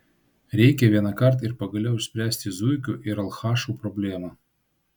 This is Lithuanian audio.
reikia vienąkart ir pagaliau išspręsti zuikių ir alchašų problemą